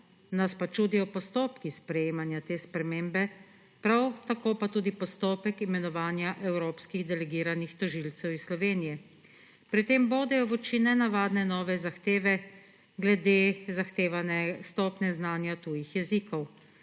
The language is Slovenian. nas pa čudijo postopki sprejemanja te spremembe, prav tako pa tudi postopek imenovanja evropskih delegiranih tožilcev iz Slovenije. Pri tem bodejo v oči nenavadne nove zahteve glede zahtevane stopnje znanja tujih jezikov.